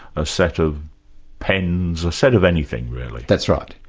a set of pens, a set of anything really. that's right.